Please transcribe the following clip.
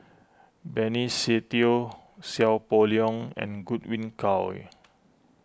Benny Se Teo Seow Poh Leng and Godwin Koay